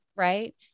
Right